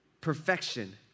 perfection